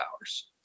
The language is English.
hours